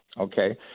Okay